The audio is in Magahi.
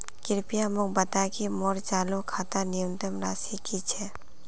कृपया मोक बता कि मोर चालू खातार न्यूनतम राशि की छे